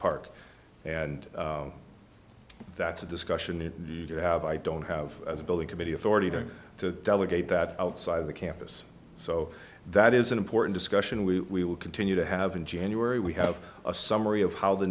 park and that's a discussion it could have i don't have as a building committee authority don't to delegate that outside of the campus so that is an important discussion we will continue to have in january we have a summary of how the